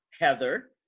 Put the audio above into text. heather